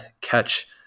catch